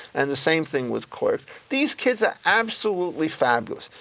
and the same thing with clerks, these kids are absolutely fabulous,